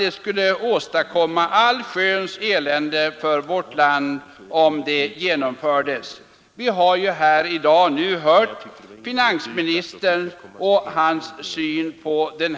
De skulle åstadkomma allsköns elände för vårt land om de genomfördes, påstods det.